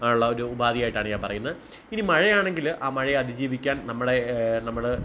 ഉള്ള ഒരു ഉപാധിയായിട്ടാണ് ഞാൻ പറയുന്നത് ഇനി മഴ ആണെങ്കിൽ ആ മഴയെ അതിജീവിക്കാൻ നമ്മുടെ നമ്മൾ